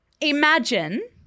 Imagine